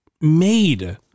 made